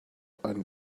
and